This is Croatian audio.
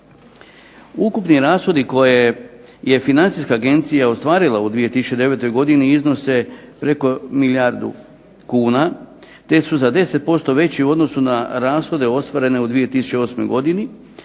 Ukupni rashodi koje je Financijska agencija ostvarila u 2009. godini iznose preko milijardu kuna te su za 10% veći u odnosu na rashode ostvarene u 2008. godini,